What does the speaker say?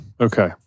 Okay